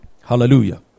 Hallelujah